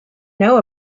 know